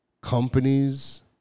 companies